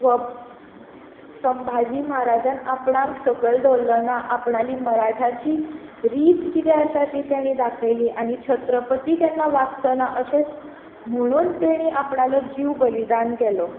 स्व संभाजी महाराजान आपणांक सकयल दवल्लो ना आपली मराठाची रीत कितें आसा ती तेणी दाखयली आनी छत्रपती केन्ना वागचो ना अशेंच म्हणून तांणी आपणालो जीव बलीदान केलो